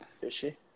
Fishy